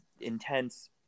intense